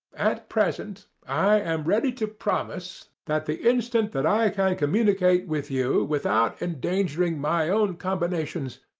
at present i am ready to promise that the instant that i can communicate with you without endangering my own combinations,